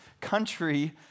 country